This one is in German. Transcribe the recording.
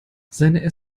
seine